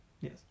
Yes